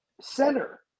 center